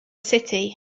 city